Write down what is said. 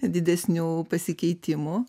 didesnių pasikeitimų